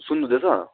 सुन्नु हुँदैछ